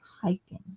hiking